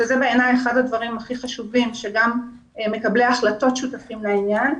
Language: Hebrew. ובעיניי זה אחד הדברים הכי חשובים שגם מקבלי ההחלטות שותפים לעניין.